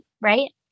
right